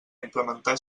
implementar